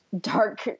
dark